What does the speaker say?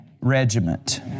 regiment